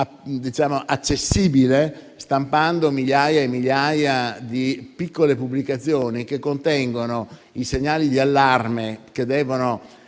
di più accessibile, stampando migliaia e migliaia di piccole pubblicazioni che contengono i segnali di allarme che devono